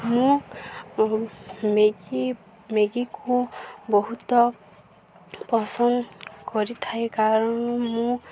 ମୁଁ ମ୍ୟାଗି ମ୍ୟାଗିକୁ ବହୁତ ପସନ୍ଦ କରିଥାଏ କାରଣ ମୁଁ